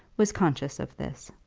was conscious of this.